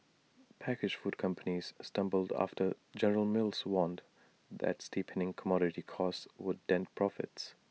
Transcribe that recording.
packaged food companies stumbled after general mills warned that steepening commodity costs would dent profits